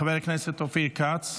חבר הכנסת אופיר כץ,